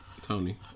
Tony